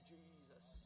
Jesus